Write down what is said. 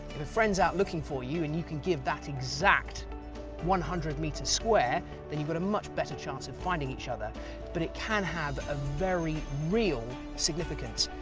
friend's out looking for you and you can give that exact one hundred metres square they you've got a much better chance of finding each other but it can have a very real significance.